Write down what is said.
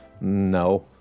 No